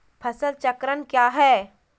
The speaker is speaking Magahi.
फसल चक्रण क्या है?